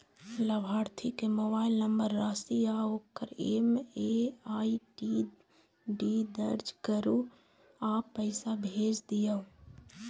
लाभार्थी के mobile number, राशि आ ओकर एम.एम.आई.डी दर्ज करू आ पैसा भेज दियौ